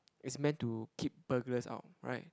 is meant to keep burglars out right